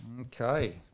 Okay